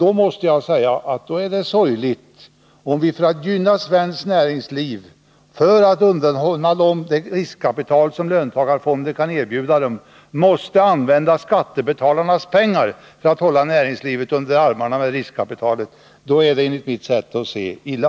Då måste jag säga att det är sorgligt om man undanhåller näringslivet det riskkapital som löntagarfonder kan erbjuda, så att man för att gynna näringslivet måste använda skattebetalarnas pengar för att hålla det under armarna med riskkapital. Då är det enligt mitt sätt att se illa.